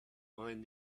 mind